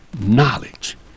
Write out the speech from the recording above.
knowledge